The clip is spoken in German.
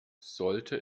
sollte